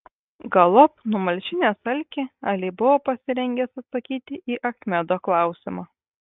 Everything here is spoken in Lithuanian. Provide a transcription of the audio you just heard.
galop numalšinęs alkį ali buvo pasirengęs atsakyti į achmedo klausimą